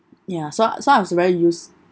ya so so I was very used